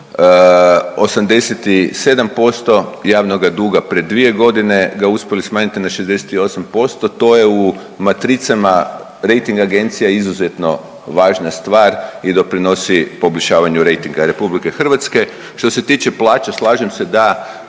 87% javnoga duga prije 2 godine ga uspjeli smanjiti na 68% to je u matricama rejting agencija izuzetno važna stvar i doprinosi poboljšavanju rejtinga RH. Što se tiče plaća slažem se da